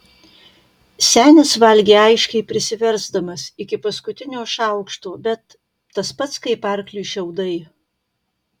senis valgė aiškiai prisiversdamas iki paskutinio šaukšto bet tas pats kaip arkliui šiaudai